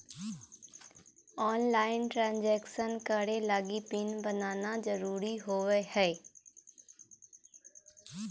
online transaction करे लगी PIN बनाना जरुरी होबो हइ